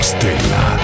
Stella